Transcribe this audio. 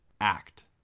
act